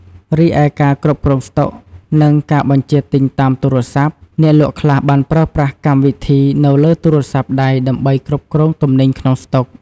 រីឯ ការគ្រប់គ្រងស្តុក និងការបញ្ជាទិញតាមទូរសព្ទ អ្នកលក់ខ្លះបានប្រើប្រាស់កម្មវិធីនៅលើទូរសព្ទដៃដើម្បីគ្រប់គ្រងទំនិញក្នុងស្តុក។